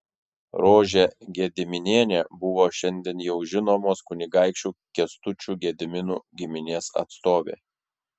rožė gediminienė buvo šiandien jau žinomos kunigaikščių kęstučių gediminų giminės atstovė